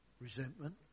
resentment